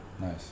Nice